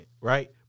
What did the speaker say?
right